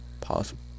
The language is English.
possible